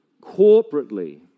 Corporately